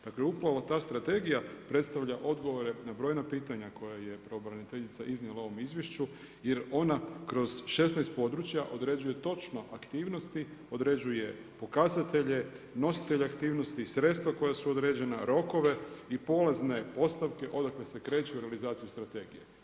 Dakle, upravo ta strategija predstavlja odgovore na brojna pitanja koja je pravobraniteljica iznijela u ovom izvješću jer ona kroz 16 područja određuje točno aktivnosti, određuje pokazatelje, nositelje aktivnosti, sredstva koja su određena, rokove i polazne postavke odakle se kreće u realizaciju strategije.